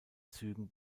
zügen